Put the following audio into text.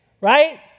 right